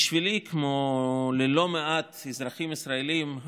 בשבילי, כמו ללא מעט אזרחים ישראלים,